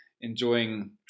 enjoying